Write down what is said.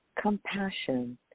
compassion